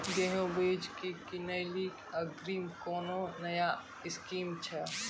गेहूँ बीज की किनैली अग्रिम कोनो नया स्कीम छ?